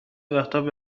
وقتابه